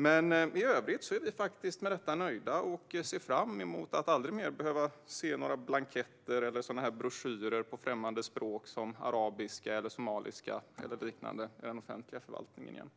Men i övrigt är vi faktiskt nöjda med detta. Vi ser fram emot att aldrig mer behöva se några blanketter eller broschyrer på främmande språk som arabiska, somaliska eller liknande i den offentliga förvaltningen.